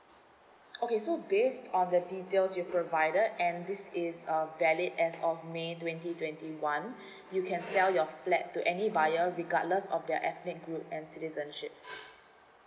okay so based on the details you provided and this is a valid as of may twenty twenty one you can sell your flat to any buyer regardless of their ethnic group and citizenship